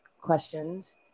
questions